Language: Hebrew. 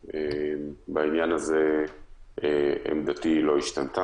בעניין הזה עמדתי לא השתנתה,